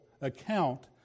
account